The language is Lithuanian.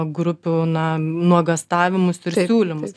grupių na nuogąstavimus ir siūlymus